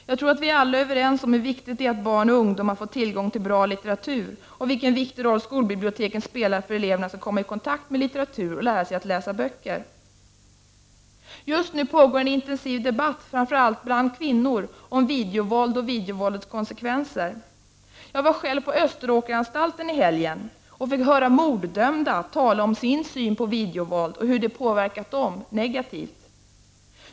Jag tror att vi alla är överens om hur viktigt det är att barn och ungdomar får bra tillgång till bra litteratur och vilken viktig roll skolbiblioteken spelar för att eleverna skall komma i kontakt med litteratur och lära sig att läsa böcker. Just nu pågår en intensiv debatt, framför allt bland kvinnor, om videovåld och videovåldets konsekvenser. Jag var själv på Österåkeranstalten i helgen och fick höra morddömda tala om sin syn på videovåld och hur det påverkat dem negativt.